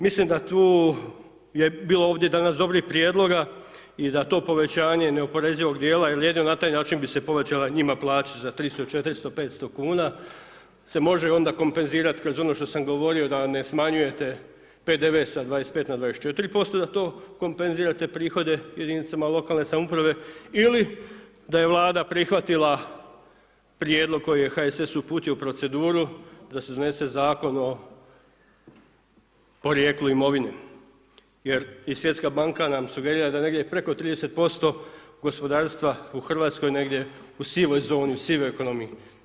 Mislim da tu, je bilo ovdje danas dobrih prijedloga i da to povećanje neoporezivog dijela jel jedino na taj način bi se povećala njima plaća za 300, 400, 500,00 kn, se može onda kompenzirati kroz ono što sam govorio da ne smanjujete PDV sa 25 na 24%, da to kompenzirate prihode jedinicama lokalne samouprave ili da je Vlada prihvatila prijedlog koji je HSS uputio u proceduru da se donese Zakon o porijeklu imovine, jer i Svjetska banka nam sugerira da negdje preko 30% gospodarstva u RH negdje u sivoj zoni, u sivoj ekonomiji.